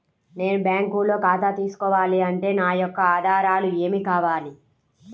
నేను బ్యాంకులో ఖాతా తీసుకోవాలి అంటే నా యొక్క ఆధారాలు ఏమి కావాలి?